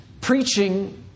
preaching